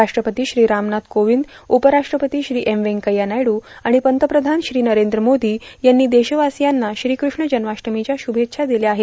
राष्ट्रपती श्री रामनाथ कोविंद उपराष्ट्रपती श्री एम व्यंकथ्या नायड्र आणि पंतप्रधान श्री नरेंद्र मोदी यांनी देशवासियांना श्रीकृष्ण जन्माष्टमीच्या शुभेच्छा दिल्या आहेत